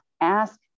ask